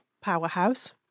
powerhouse